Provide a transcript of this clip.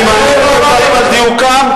אני מעמיד דברים על דיוקם.